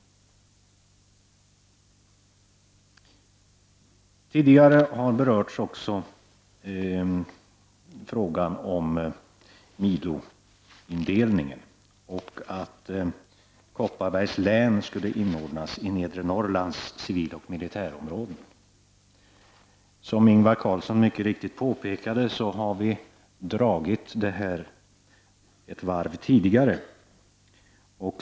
Tidigare i debatten har också berörts frågan om miloindelningen och att Kopparbergs län skulle inordnas i nedre Norrlands civiloch militärområde. Som Ingvar Karlsson i Bengtsfors mycket riktigt påpekade har den här frågan dragits ett varv tidigare.